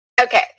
Okay